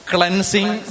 Cleansing